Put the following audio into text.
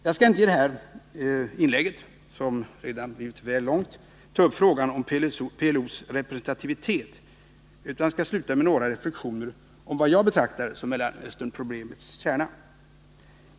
Jag skall inte i det här inlägget, som redan blivit väl långt, ta upp frågan om PLO:s representativitet utan skall sluta med några reflexioner om vad jag betraktar som Mellanösternproblemets kärna.